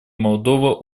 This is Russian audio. молдова